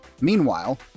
Meanwhile